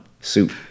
Soup